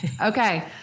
Okay